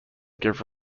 give